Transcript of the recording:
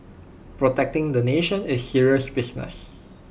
protecting the nation is serious business